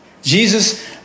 Jesus